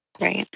Right